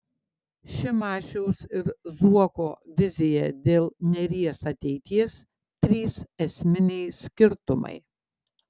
šimašiaus ir zuoko vizija dėl neries ateities trys esminiai skirtumai